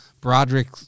broderick